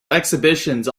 exhibitions